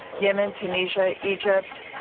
yemen, tunisia, egypt,